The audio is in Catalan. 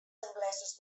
anglesos